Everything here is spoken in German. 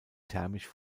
thermisch